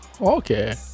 okay